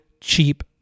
cheap